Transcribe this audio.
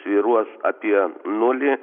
svyruos apie nulį